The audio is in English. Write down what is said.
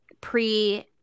pre